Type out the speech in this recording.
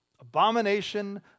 abomination